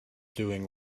doing